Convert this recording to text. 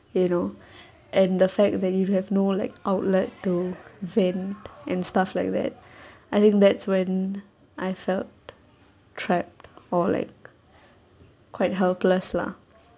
you know and the fact that you have no like outlet to vent and stuff like that I think that's when I felt trapped or like quite helpless lah